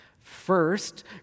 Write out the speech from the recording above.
First